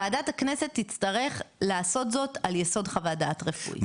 ועדת הכנסת תצטרך לעשות זאת על יסוד חוות דעת רפואית.